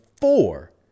four